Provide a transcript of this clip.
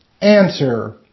Answer